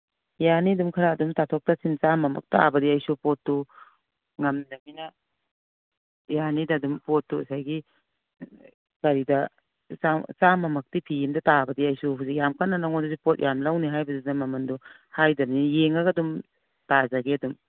ꯌꯥꯅꯤ ꯑꯗꯨꯝ ꯈꯔ ꯇꯥꯊꯣꯛ ꯇꯥꯁꯤꯟ ꯆꯥꯃꯃꯛ ꯇꯥꯕꯗꯤ ꯑꯩꯁꯨ ꯄꯣꯠꯇꯨ ꯉꯝꯗꯃꯤꯅ ꯌꯥꯅꯤꯗ ꯑꯗꯨꯝ ꯄꯣꯠꯇꯨ ꯑꯁꯥꯏꯒꯤ ꯀꯔꯤꯗ ꯆꯥꯃꯃꯛꯇꯤ ꯐꯤ ꯑꯃꯗ ꯇꯥꯕꯗꯤ ꯑꯩꯁꯨ ꯍꯨꯖꯤꯛ ꯌꯥꯝ ꯀꯟꯅ ꯅꯉꯣꯟꯗꯁꯨ ꯄꯣꯠ ꯌꯥꯝ ꯂꯧꯅꯤ ꯍꯥꯏꯕꯗꯨꯗ ꯃꯃꯟꯗꯨ ꯍꯥꯏꯗꯕꯅꯤ ꯌꯦꯡꯉꯒ ꯑꯗꯨꯝ ꯇꯥꯖꯒꯦ ꯑꯗꯨꯝ